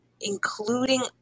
including